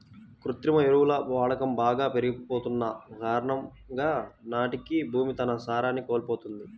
కృత్రిమ ఎరువుల వాడకం బాగా పెరిగిపోతన్న కారణంగా నానాటికీ భూమి తన సారాన్ని కోల్పోతంది